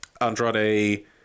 Andrade